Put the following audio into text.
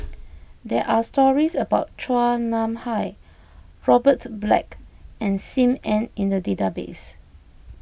there are stories about Chua Nam Hai Robert Black and Sim Ann in the database